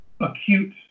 acute